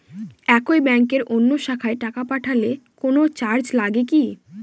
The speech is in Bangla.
একই ব্যাংকের অন্য শাখায় টাকা পাঠালে কোন চার্জ লাগে কি?